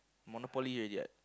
monopoly already what